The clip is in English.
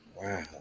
wow